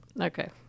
Okay